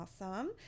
awesome